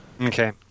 Okay